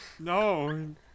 No